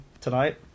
tonight